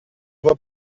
voit